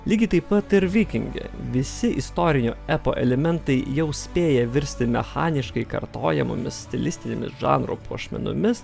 lygiai taip pat ir vikinge visi istorinio epo elementai jau spėję virsti mechaniškai kartojamomis stilistinėmis žanro puošmenomis